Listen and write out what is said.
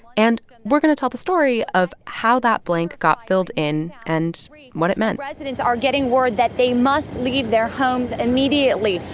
and we're going to tell the story of how that blank got filled in and what it meant residents are getting word that they must leave their homes immediately.